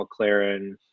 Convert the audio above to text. McLaren